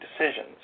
decisions